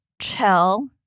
Chell